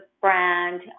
brand